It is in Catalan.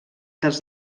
dels